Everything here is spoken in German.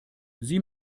sie